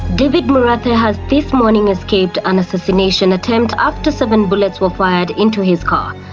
david murathe has this morning escaped an assassination attempt after seven bullets were fired into his car.